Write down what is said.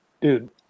Dude